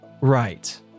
right